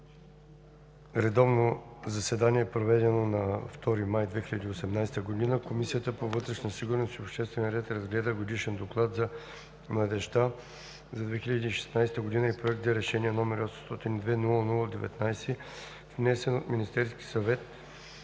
редовно заседание, проведено на 2 май 2018 г., Комисията по вътрешна сигурност и обществен ред разгледа Годишен доклад за младежта за 2016 г. и Проект за решение, № 802 00-19, внесен от Министерския съвет